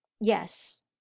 yes